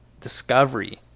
Discovery